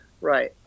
Right